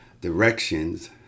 directions